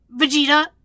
vegeta